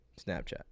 snapchat